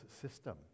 system